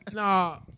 Nah